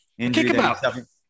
kickabout